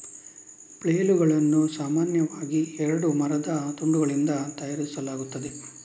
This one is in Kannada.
ಫ್ಲೇಲುಗಳನ್ನು ಸಾಮಾನ್ಯವಾಗಿ ಎರಡು ಮರದ ತುಂಡುಗಳಿಂದ ತಯಾರಿಸಲಾಗುತ್ತದೆ